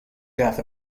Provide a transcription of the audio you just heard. death